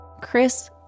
chris